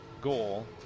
goal